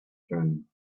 turn